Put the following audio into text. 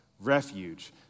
refuge